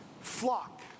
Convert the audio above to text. flock